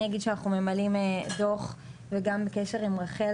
אני אגיד שאנחנו ממלאים דו"ח וגם בקשר עם רחל,